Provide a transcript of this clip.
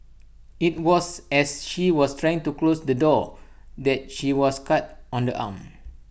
IT was as she was trying to close the door that she was cut on the arm